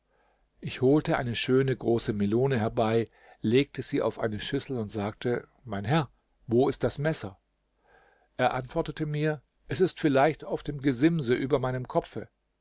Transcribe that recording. ich holte eine schöne große melone herbei legte sie auf eine schüssel und sagte mein herr wo ist das messer er antwortete mir es ist vielleicht auf dem gesimse über meinem kopfe